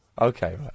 Okay